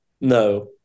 No